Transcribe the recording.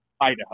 Idaho